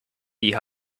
die